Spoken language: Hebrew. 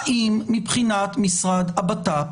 האם מבחינת משרד הבט"פ